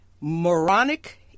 moronic